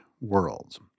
worlds